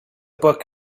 book